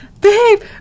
babe